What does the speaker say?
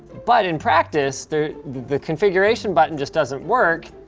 but in practice, the the configuration button just doesn't work.